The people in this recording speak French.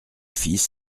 fils